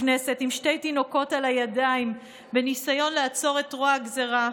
הכנסת עם שני תינוקות על הידיים בניסיון לעצור את רוע הגזרה.